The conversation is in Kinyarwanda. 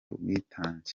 ubwitange